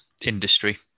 industry